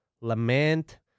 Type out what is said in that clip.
lament